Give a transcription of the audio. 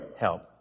help